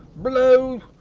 blow!